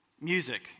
music